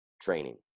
training